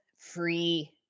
free